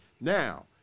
now